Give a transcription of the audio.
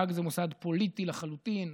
האג זה מוסד פוליטי לחלוטין,